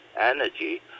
energy